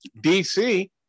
DC